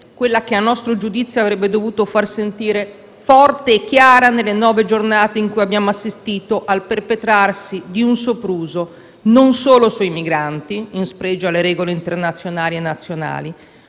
quella che - a nostro giudizio - avrebbe dovuto far sentire forte e chiara nelle nove giornate in cui abbiamo assistito al perpetrarsi di un sopruso nei confronti non solo dei migranti, in spregio alle regole internazionali e nazionali,